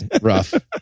rough